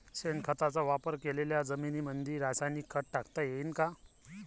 शेणखताचा वापर केलेल्या जमीनीमंदी रासायनिक खत टाकता येईन का?